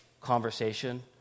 conversation